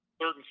third